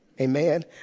Amen